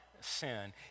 sin